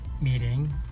meeting